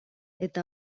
eta